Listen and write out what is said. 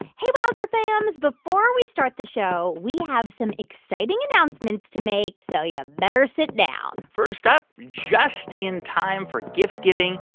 hey, wowzer fams. before we start the show, we have some exciting announcements to make, so you yeah better sit down first up, just in time for gift-giving,